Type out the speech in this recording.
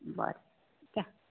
बरें चे